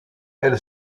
elle